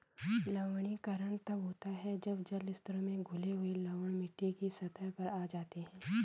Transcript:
लवणीकरण तब होता है जब जल स्तरों में घुले हुए लवण मिट्टी की सतह पर आ जाते है